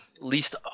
least